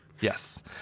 Yes